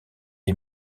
est